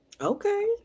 Okay